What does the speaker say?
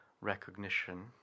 recognition